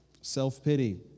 self-pity